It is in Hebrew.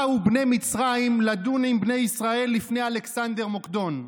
באו בני מצרים לדון עם בני ישראל לפני אלכסנדר מוקדון.